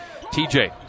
TJ